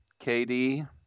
KD